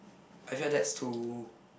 I felt that's too